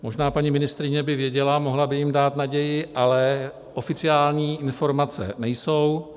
Možná paní ministryně by věděla, mohla by jim dát naději, ale oficiální informace nejsou.